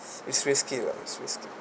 it's risky lah it's risky